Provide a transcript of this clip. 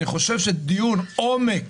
אני חושב שדיון עומק